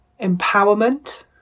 empowerment